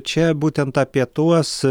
čia būtent apie tuos